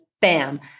bam